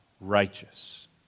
righteous